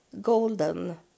golden